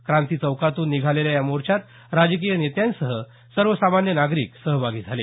क्रांती चौकातून निघालेल्या या मोर्चात राजकीय नेत्यांसह सर्वसामान्य नागरिक सहभागी झाले